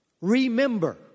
remember